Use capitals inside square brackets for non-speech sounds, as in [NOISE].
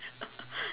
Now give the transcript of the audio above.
[LAUGHS]